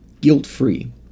guilt-free